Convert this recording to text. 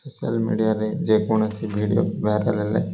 social ମିଡ଼ିଆରେ ଯେକୌଣସି video viral ହେଲେ